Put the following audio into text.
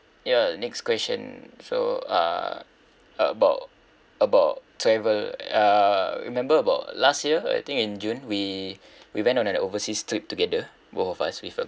ya next question so uh about about travel uh remember about last year I think in june we we went on an overseas trip together both of us with a